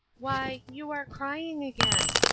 why you are crying again.